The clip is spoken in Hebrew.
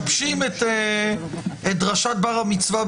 את עמדת הצדדים ולתת החלטה מתאימה.